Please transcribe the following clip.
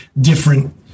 different